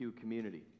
community